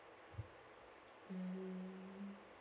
mm